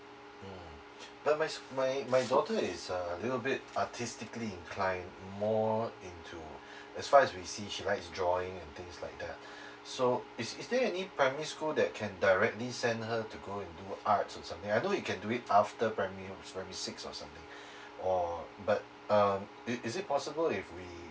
um but my s~ my my daughter is a little bit artistically inclined more into as far as we see she like enjoying in things like that so is is there any primary school that can directly send her to go into arts or something I know she can do it after primary um primary six or something or but um is is it possible if we